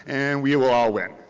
and we will all win.